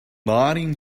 nineteen